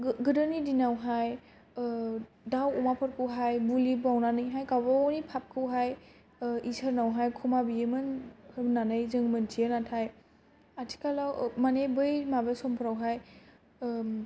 गोदोनि दिनावहाय दाउ अमाफोरखौहाय बुलि बावनानैहाय गावबागावनि फाफखौहाय इसोरनावहाय खेमा बियोमोन होननानै जों मोनथियो नाथाय आथिखालावहाय बै माबा समफोरावहाय